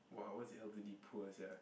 wow what's the elderly poor sia